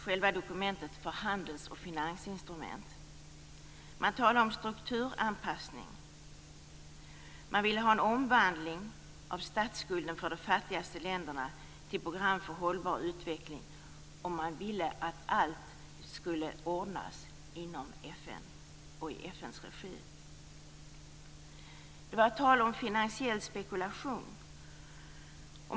Själva dokumentet kallades för handels och finansinstrument. Man talar om strukturanpassning, man vill ha en omvandling av statsskulden för de fattigaste länderna till program för hållbar utveckling och man vill att allt skall ordnas inom FN och i FN:s regi. Det var tal om finansiell spekulation.